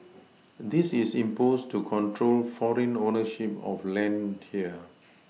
this is imposed to control foreign ownership of land here